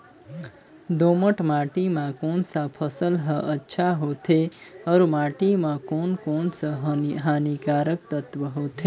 दोमट माटी मां कोन सा फसल ह अच्छा होथे अउर माटी म कोन कोन स हानिकारक तत्व होथे?